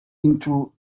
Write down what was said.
into